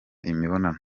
imibonano